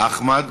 גורמי הפשיעה,